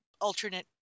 alternate